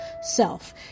self